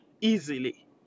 easily